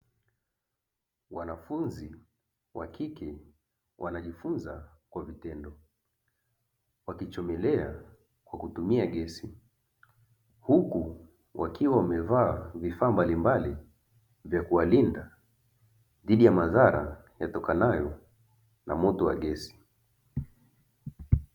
Wanafunzi wa kike wanajifunza kwa vitendo, wakichomelea kwa kutumia gesi, huku wakiwa wamevaa vifaa mbalimbali vya kuwalinda dhidi ya madhara yatokanayo na moto wa gesi.